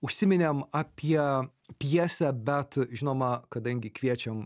užsiminėm apie pjesę bet žinoma kadangi kviečiam